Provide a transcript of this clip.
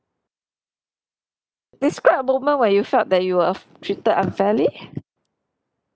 describe a moment where you felt that you were uh treated unfairly